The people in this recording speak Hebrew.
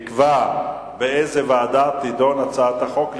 ועדת הכנסת תקבע באיזו ועדה תהיה הצעת החוק.